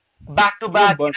back-to-back